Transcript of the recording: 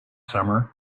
summer